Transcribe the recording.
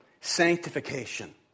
sanctification